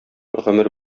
гомер